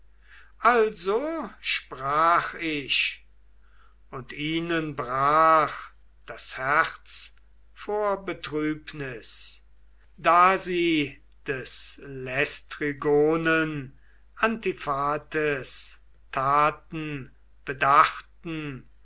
also sprach ich und ihnen brach das herz vor betrübnis da sie des laistrygonen antiphates taten bedachten